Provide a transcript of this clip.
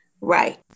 Right